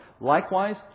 likewise